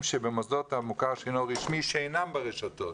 שבמוסדות המוכר שאינו רשמי שאינם ברשתות